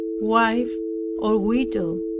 wife or widow